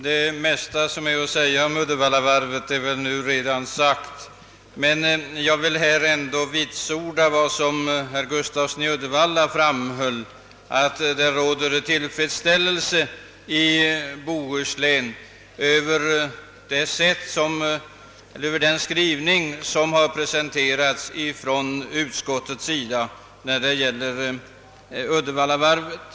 Herr talman! Det mesta som kan sägas om Uddevallavarvet är väl nu sagt. Jag vill bara vitsorda vad herr Gustafsson i Uddevalla sade, nämligen att det i Bohuslän råder tillfredsställelse över den skrivning som utskottet gjort om Uddevallavarvet.